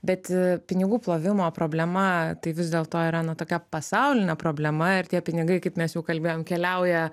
bet pinigų plovimo problema tai vis dėlto yra na tokia pasaulinė problema ir tie pinigai kaip mes jau kalbėjom keliauja